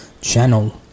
channel